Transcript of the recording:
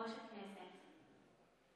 להלן תרגומם: אדוני יושב-ראש הכנסת,